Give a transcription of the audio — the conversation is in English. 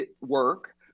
work